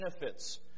benefits